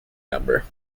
number